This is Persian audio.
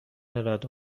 رعد